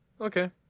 okay